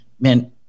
man